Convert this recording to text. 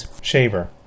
shaver